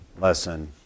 lesson